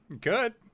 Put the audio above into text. Good